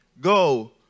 go